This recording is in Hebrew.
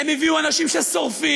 הם הביאו אנשים ששורפים,